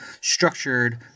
structured